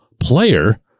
player